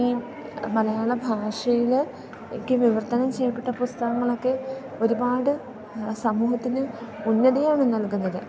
ഈ ഞാൻ മലയാള ഭാഷയിലേ ക്ക് വിവർത്തനം ചെയ്യപ്പെട്ട പുസ്തകങ്ങളൊക്കെ ഒരുപാട് സമൂഹത്തിന് ഉന്നതിയാണ് നൽകുന്നത്